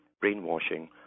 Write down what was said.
brainwashing